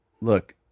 look